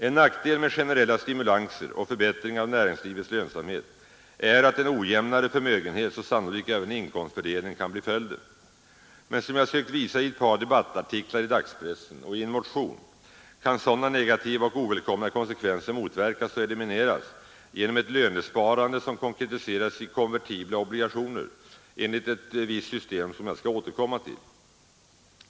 En nackdel med generella stimulanser och förbättringar av näringslivets lönsamhet är att en ojämnare förmögenhetsoch sannolikt även inkomstfördelning kan bli följden. Men som jag sökt visa i ett par debattartiklar i dagspressen och i en motion, kan sådana negativa och ovälkomna konsekvenser motverkas och elimineras genom ett lönsparande som konkretiseras i konvertibla obligationer enligt ett visst system som jag skall återkomma till.